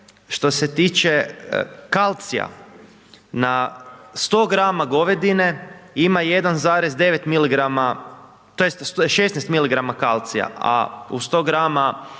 što se tiče kalcija, na 100 gr. govedine ima 1,9 mg. tj. 16 mg. kalcija, a u 100 gr.